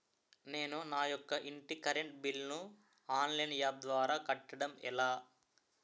నేను నా యెక్క ఇంటి కరెంట్ బిల్ ను ఆన్లైన్ యాప్ ద్వారా కట్టడం ఎలా?